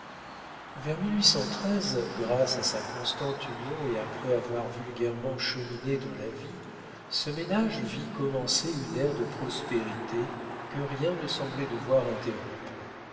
vers grâce à sa constante union et après avoir vulgairement cheminé dans la vie ce ménage vit commencer une ère de prospérité que rien ne semblait devoir interrompre